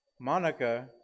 Monica